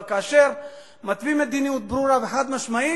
אבל כאשר מתווים מדיניות ברורה וחד-משמעית,